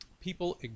People